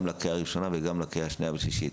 לקריאה הראשונה וגם לקריאה שנייה ושלישית,